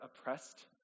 oppressed